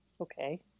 Okay